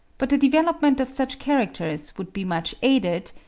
but the development of such characters would be much aided,